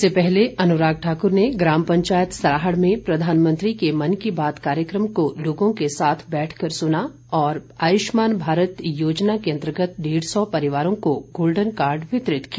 इससे पहले अनुराग ठाकुर ने ग्राम पंचायत सराहड़ में प्रधानमंत्री के मन की बात कार्यक्रम को लोगों के साथ बैठकर सुना तथा भारत आयुष्मान योजना के अंतर्गत डेढ़ सौ परिवारों को गोल्डन कार्ड वितरित किए